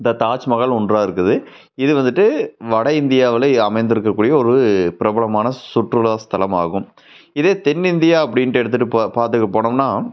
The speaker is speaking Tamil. இந்த தாஜ்மஹால் ஒன்றாக இருக்குது இது வந்துவிட்டு வட இந்தியாவில் அமைந்திருக்க கூடிய ஒரு பிரபலமான சுற்றுலாஸ்தலம் ஆகும் இதே தென்னிந்தியா அப்படின்டு எடுத்துகிட்டு பா பார்த்துட்டு போனமுனா